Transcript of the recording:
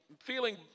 feeling